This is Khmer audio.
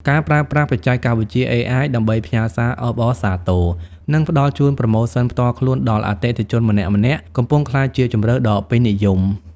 ការប្រើប្រាស់បច្ចេកវិទ្យា AI ដើម្បីផ្ញើសារអបអរសាទរ និងផ្តល់ជូនប្រូម៉ូសិនផ្ទាល់ខ្លួនដល់អតិថិជនម្នាក់ៗ កំពុងក្លាយជាជម្រើសដ៏ពេញនិយម។